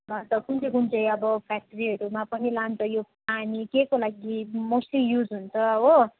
मतलब कुन चाहिँ कुन चाहिँ अब फ्याक्ट्रीहरूमा पानी लान्छ यो पानी केको लागि मोस्टली युज हुन्छ हो